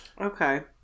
Okay